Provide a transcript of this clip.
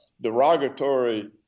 derogatory